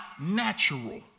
natural